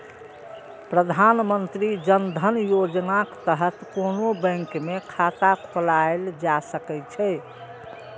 प्रधानमंत्री जन धन योजनाक तहत कोनो बैंक मे खाता खोलाएल जा सकै छै